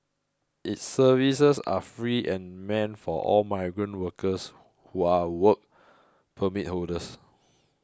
its services are free and meant for all migrant workers who are Work Permit holders